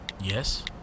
Yes